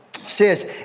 says